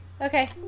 Okay